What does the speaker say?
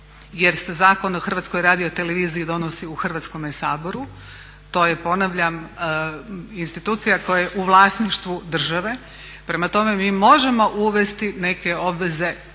jer se Zakon o Hrvatskoj radioteleviziji donosi u Hrvatskome saboru. To je ponavljam institucija koja je u vlasništvu države. Prema tome, mi možemo uvesti neke obveze.